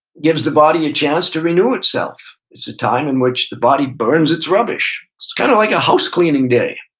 gives the body a chance to renew itself. it's a time in which the body burns its rubbish. it's kind of like a housecleaning day.